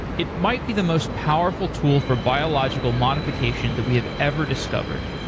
it might be the most powerful tool for biological modification that we have ever discovered.